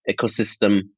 ecosystem